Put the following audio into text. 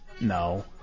No